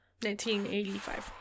1985